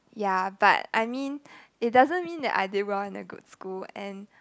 yeah but I mean it doesn't mean that I did well in a good school and